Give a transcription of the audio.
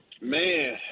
Man